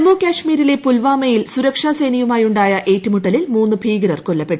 ജമ്മു കാശ്മീരിലെ പുൽവാമയിൽ സുരക്ഷാ സേനയുമായുണ്ടായ ഏറ്റുമുട്ടലിൽ മൂന്ന് ഭീകരർ കൊല്ലപ്പെട്ടു